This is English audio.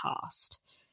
past